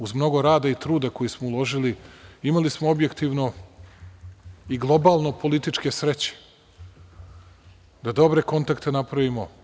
Uz mnogo rada i truda koji smo uložili, imali smo objektivno i globalno političke sreće da dobre kontakte napravimo.